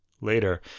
later